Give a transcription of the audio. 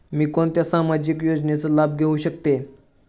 मी कोणत्या सामाजिक योजनेचा लाभ घेऊ शकते?